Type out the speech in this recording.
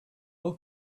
all